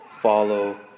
follow